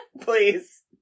Please